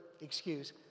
excuse